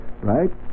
Right